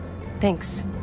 Thanks